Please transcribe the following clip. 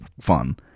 fun